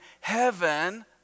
heaven